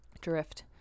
Drift